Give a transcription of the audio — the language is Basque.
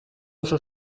oso